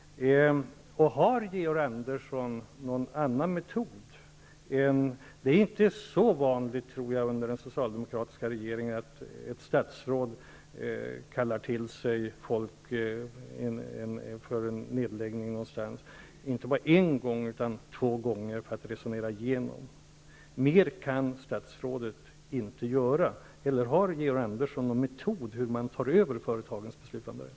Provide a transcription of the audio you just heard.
Det var inte så ovanligt under den socialdemokratiska regeringens tid att ett statsråd kallade till sig folk inför en nedläggning, inte bara en gång utan även två gånger, för att resonera igenom situationen. Mer kan statsrådet inte göra. Vet Georg Andersson någon annan metod för hur man tar över företagens beslutanderätt?